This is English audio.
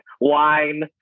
wine